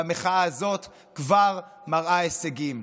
והמחאה הזאת כבר מראה הישגים.